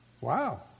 Wow